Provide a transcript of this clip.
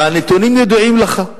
והנתונים ידועים לך.